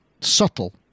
subtle